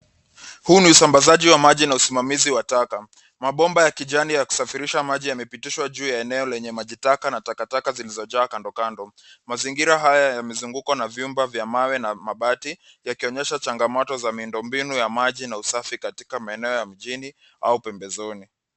Huu ni usambazaji wa maji na usimamizi wa taka. Mabomba ya kijani ya kusafirisha maji yamepitishwa juu ya eneo lenye maji taka na takataka zilizojaa kando kando. Mazingira haya yamezungukwa na vyumba vya mawe na mabati yakionyesha changamoto ya miundo mbinu ya maji na usafi katika maeneo ya mjini au pembezoni.